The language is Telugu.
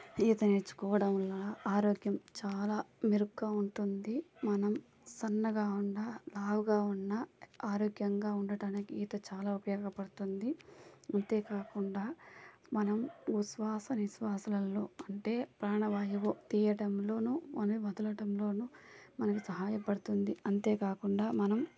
ఈత నేర్చుకోవడం వల్ల ఆరోగ్యం చాలా మెరుగ్గా ఉంటుంది మనం సన్నగా ఉన్న లావుగా ఉన్న ఆరోగ్యంగా ఉండటానికి ఈత చాలా ఉపయోగపడుతుంది అంతే కాకుండా మనం ఉచ్వాస నిశ్వాసాలలో అంటే ప్రాణవాయువు తీయడంలోను దానివదలడంలోను మనకి సహాయపడుతుంది అంతే కాకుండా మనం